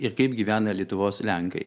ir kaip gyvena lietuvos lenkai